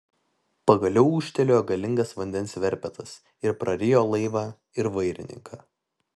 pagaliau ūžtelėjo galingas vandens verpetas ir prarijo laivą ir vairininką